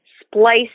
splice